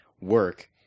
work